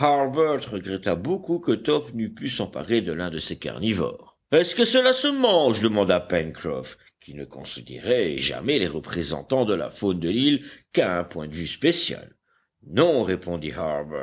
harbert regretta beaucoup que top n'eût pu s'emparer de l'un de ces carnivores est-ce que cela se mange demanda pencroff qui ne considérait jamais les représentants de la faune de l'île qu'à un point de vue spécial non répondit